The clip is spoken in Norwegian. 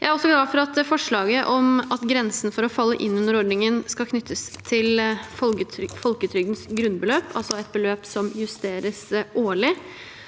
Jeg er også glad for forslaget om at grensen for å falle inn under ordningen skal knyttes til folketrygdens grunnbeløp, altså et beløp som justeres årlig.